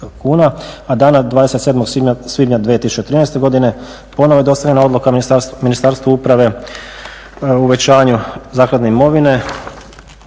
kuna. A dana 27. svibnja 2013. ponovno je dostavljena odluka Ministarstva uprave o uvećanju zakladne imovine.